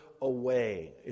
away